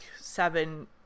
seven